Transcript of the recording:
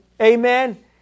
amen